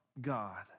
God